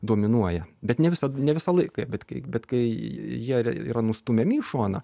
dominuoja bet ne visada ne visą laiką bet kai bet kai jie yra nustumiami į šoną